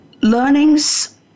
Learnings